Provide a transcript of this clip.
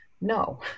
No